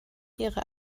ihre